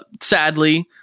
sadly